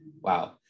wow